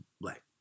black